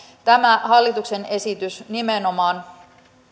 tämä hallituksen esitys nimenomaan